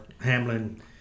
Hamlin